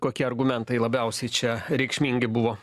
kokie argumentai labiausiai čia reikšmingi buvo